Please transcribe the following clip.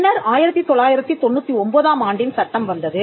பின்னர் 1999 ஆம் ஆண்டின் சட்டம் வந்தது